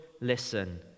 listen